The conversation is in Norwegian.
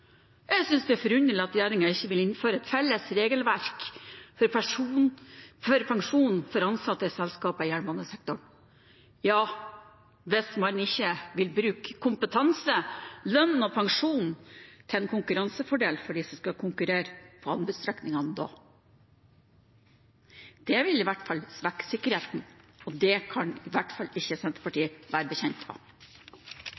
Jeg synes det er forunderlig at regjeringen ikke vil innføre et felles regelverk for pensjon for ansatte i selskaper i jernbanesektoren – hvis man da ikke vil bruke kompetanse, lønn og pensjon til en konkurransefordel for dem som skal konkurrere på anbudsstrekningene. Det vil i hvert fall svekke sikkerheten, og det kan i hvert fall ikke